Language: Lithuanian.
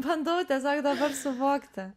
bandau tiesiog dabar suvokti